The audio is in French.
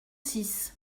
six